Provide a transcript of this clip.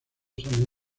son